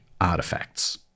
artifacts